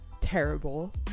terrible